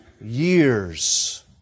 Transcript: years